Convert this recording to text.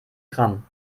gramm